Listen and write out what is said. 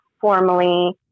formally